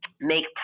make